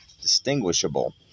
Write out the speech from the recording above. distinguishable